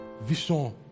vision